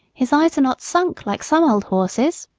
his eyes are not sunk like some old horses'.